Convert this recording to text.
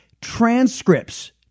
transcripts